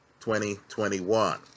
2021